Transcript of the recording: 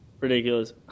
ridiculous